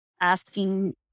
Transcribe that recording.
asking